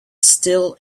still